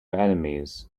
enemies